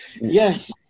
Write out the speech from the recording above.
Yes